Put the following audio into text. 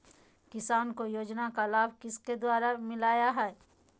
किसान को योजना का लाभ किसके द्वारा मिलाया है?